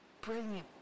brilliant